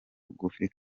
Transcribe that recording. bugufi